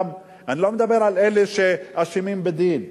אני לא מדבר על אלה שאשמים בדין.